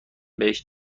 بهش